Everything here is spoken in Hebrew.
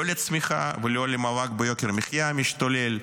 לצמיחה ולא למאבק ביוקר המחיה המשתולל,